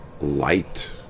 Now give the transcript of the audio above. light